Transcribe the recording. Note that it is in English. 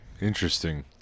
Interesting